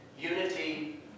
Unity